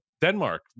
Denmark